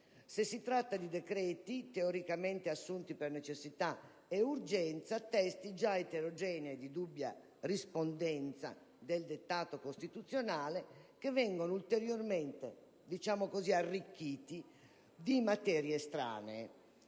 Se si tratta di decreti, teoricamente adottati per necessità e urgenza, questi testi già eterogenei, di dubbia rispondenza al dettato costituzionale, vengono ulteriormente - diciamo così - arricchiti di materie estranee.